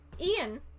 Ian